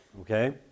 okay